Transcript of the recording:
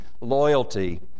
loyalty